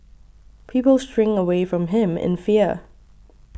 people shrink away from him in fear